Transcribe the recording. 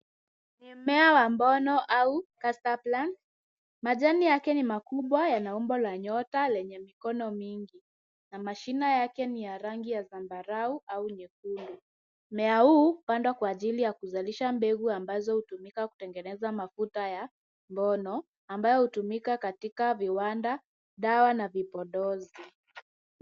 Ni mmea wa mbono au castor plant. Majani yake ni makubwa, yana umbo la nyota lenye mikono mingi, na mashina yake ni ya rangi ya zambarau au nyekundu. Mmea huu hupandwa kwa ajili ya kuzalisha mbegu ambazo hutumika kutengeneza mafuta ya mbono, ambayo hutumika katika viwanda, dawa na vipodozi.